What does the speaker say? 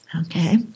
Okay